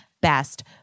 best